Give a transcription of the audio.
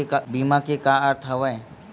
बीमा के का अर्थ हवय?